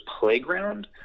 playground